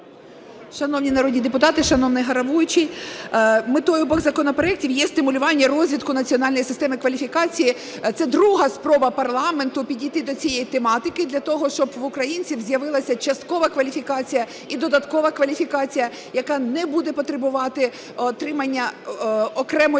Шановні народні депутати, шановний головуючий! Метою обох законопроектів є стимулювання розвитку національної системи кваліфікації. Це друга спроба парламенту підійти до цієї тематики для того, щоб в українців з'явилася часткова кваліфікація і додаткова кваліфікація, яка не буде потребувати отримання окремої